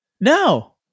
No